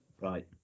Right